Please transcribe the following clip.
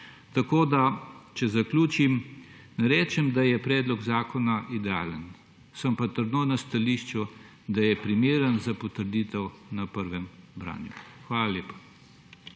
podobno. Če zaključim, ne rečem, da je predlog zakona idealen, sem pa trdno na stališču, da je primeren za potrditev na prvem branju. Hvala lepa.